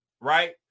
right